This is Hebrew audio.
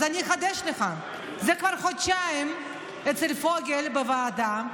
אז אחדש לך: זה כבר חודשיים אצל פוגל בוועדה,